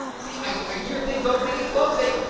see, i hear things opening and closing.